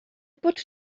bod